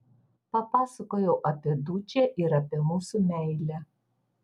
papasakojau apie dučę ir apie mūsų meilę